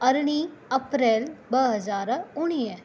अरड़िहं April ॿ हज़ार उणिवीह